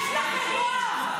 יש לכם רוב.